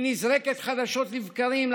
היא נזרקת לחלל האוויר חדשות לבקרים.